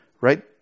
right